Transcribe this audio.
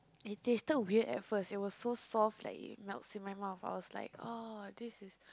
it tasted weird at first it was so soft that it melts in my mouth I was like oh this is